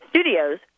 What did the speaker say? studios